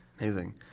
Amazing